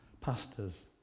pastors